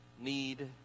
need